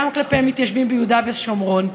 גם כלפי מתיישבים ביהודה ושומרון.